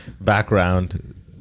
Background